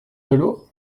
velours